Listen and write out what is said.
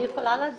אני יכולה להצביע?